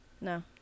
No